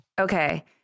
Okay